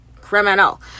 criminal